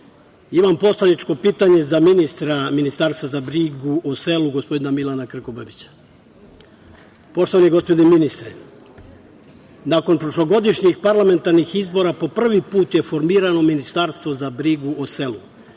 imam poslaničko pitanje za ministra za Ministarstvo za brigu o selu gospodina Milana Krkobabića. Poštovani gospodine ministre, nakon prošlogodišnjih parlamentarnih izbora, po prvi put je formirano Ministarstvo za brigu o selu